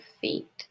feet